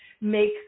make